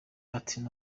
ati